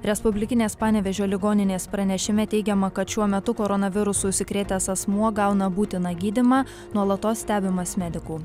respublikinės panevėžio ligoninės pranešime teigiama kad šiuo metu koronavirusu užsikrėtęs asmuo gauna būtiną gydymą nuolatos stebimas medikų